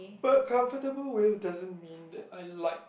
but comfortable with doesn't mean that I like